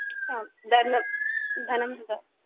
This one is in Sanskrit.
आं धनं धनं ददातु